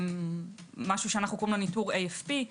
מה שאנו קוראים לו ניטור AFP,